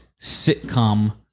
sitcom